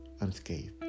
unscathed